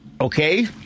Okay